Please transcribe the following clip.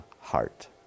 heart